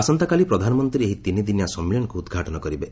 ଆସନ୍ତାକାଲି ପ୍ରଧାନମନ୍ତ୍ରୀ ଏହି ତିନିଦିନିଆ ସମ୍ମିଳନୀକୁ ଉଦ୍ଘାଟନ କରିବେ